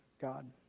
God